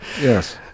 yes